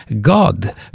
God